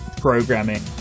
programming